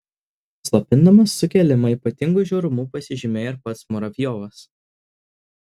slopindamas sukilimą ypatingu žiaurumu pasižymėjo ir pats muravjovas